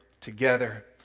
together